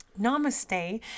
Namaste